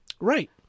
Right